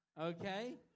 Okay